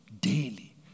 Daily